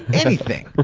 anything.